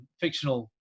fictional